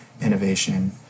innovation